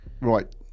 right